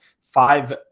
five